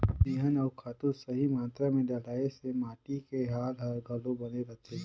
बिहान अउ खातू सही मातरा मे डलाए से माटी के हाल हर घलो बने रहथे